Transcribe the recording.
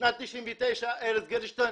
בשנת 99', ארז גרשטיין,